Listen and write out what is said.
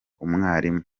umwarimu